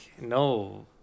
no